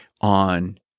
on